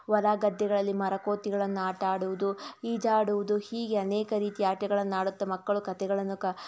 ಹೊಲ ಗದ್ದೆಗಳಲ್ಲಿ ಮರ ಕೋತಿಗಳನ್ನ ಆಟ ಆಡುವುದು ಈಜಾಡುವುದು ಹೀಗೆ ಅನೇಕ ರೀತಿಯ ಆಟಗಳನ್ನಾಡುತ್ತಾ ಮಕ್ಕಳು ಕಥೆಗಳನ್ನು ಕ